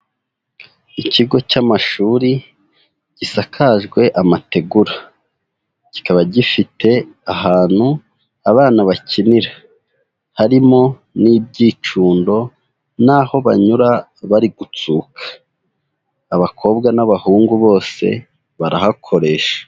Ikigo cy'amashuri gisakajwe amategura. Kikaba gifite ahantu abana bakinira harimo n'ibyicundo n'aho banyura bari gutsuka. Abakobwa n'abahungu bose barahakoresha.